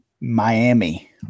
Miami